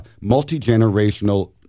multi-generational